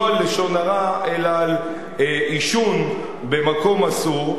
לא על לשון הרע אלא על עישון במקום אסור,